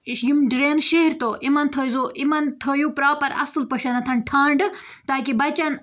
یہِ چھِ یِم ڈرٛینہٕ شیہرتو یِمَن تھٲیزیو یِمَن تھٲیِو پرٛاپَر اَصٕل پٲٹھٮ۪نَتھ ٹھانٛڈٕ تاکہِ بَچَن